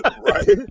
Right